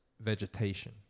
vegetation